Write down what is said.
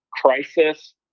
crisis